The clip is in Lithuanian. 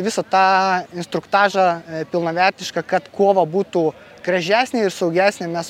visą tą instruktažą pilnavertišką kad kova būtų gražesnė ir saugesnė mes